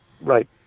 right